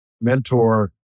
mentor